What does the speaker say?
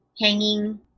hanging